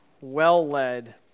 well-led